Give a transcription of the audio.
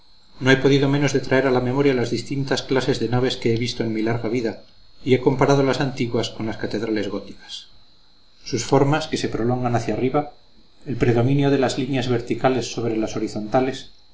no he podido menos de traer a la memoria las distintas clases de naves que he visto en mi larga vida y he comparado las antiguas con las catedrales góticas sus formas que se prolongan hacia arriba el predominio de las líneas verticales sobre las horizontales